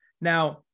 Now